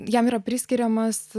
jam yra priskiriamas